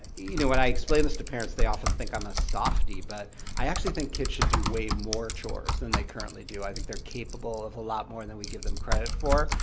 you know when i explain this to parents, they often think i'm a softie, but i actually think kids should do way more chores than they currently do. i think they're capable of a lot more than we give them credit for.